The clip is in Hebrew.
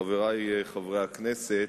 תודה, חברי חברי הכנסת,